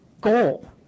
goal